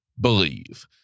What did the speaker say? believe